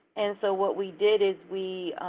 and so what we did is we